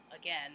again